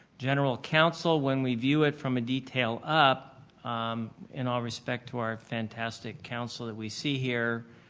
general counsel, when we view it from a detail up in all respect to our fantastic council that we see here,